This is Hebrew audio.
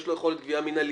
יש לו יכולת גבייה מינהלית,